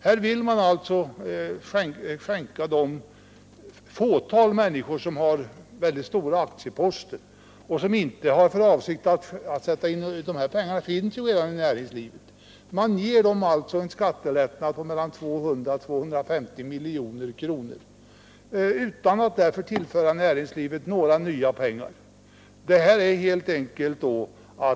Här vill man ge det fåtal människor som har mycket stora aktieposter en skattelättnad på 200-250 milj.kr. utan att därmed tillföra näringslivet några nya pengar — de här pengarna finns ju redan i näringslivet.